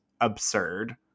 absurd